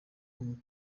tumenye